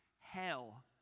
Hell